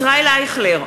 ישראל אייכלר,